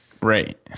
Right